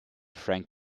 frank